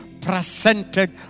presented